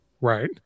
Right